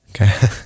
Okay